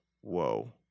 whoa